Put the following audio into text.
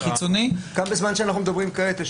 גם בזמן שאנחנו מדברים כעת,